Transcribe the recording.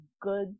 good